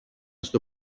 στο